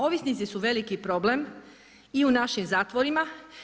Ovisnici su veliki problem i u našim zatvorima.